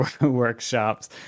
workshops